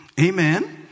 Amen